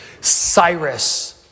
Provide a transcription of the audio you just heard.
Cyrus